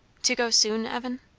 to go soon, evan?